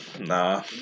nah